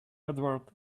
edward